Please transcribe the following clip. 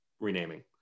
renaming